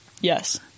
Yes